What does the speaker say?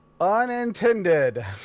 Unintended